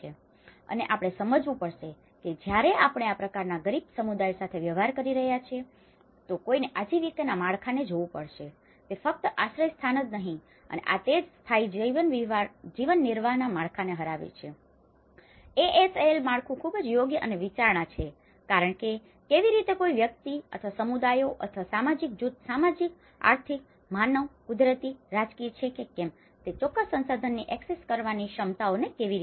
અને આપણે સમજવું પડશે કે જ્યારે આપણે આ પ્રકારના ગરીબ સમુદાયો સાથે વ્યવહાર કરી રહ્યા છીએ કોઈએ આજીવિકાના માળખાને જોવું પડશે તે ફક્ત આશ્રયસ્થાન જ નથી અને આ તે જ સ્થાયી જીવનનિર્વાહના માળખાને હરાવે છે એએસએલ માળખું ખૂબ જ યોગ્ય અને વિચારણા છે કારણ કે કેવી રીતે કોઈ વ્યક્તિ અથવા સમુદાયો અથવા સામાજિક જૂથ સામાજિક આર્થિક માનવ કુદરતી રાજકીય છે કે કેમ તે ચોક્કસ સંસાધનોની એક્સેસ કરવાની તેમની ક્ષમતાઓ કેવી રીતની છે